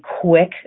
quick